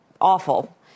awful